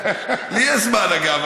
לי יש זמן, אגב.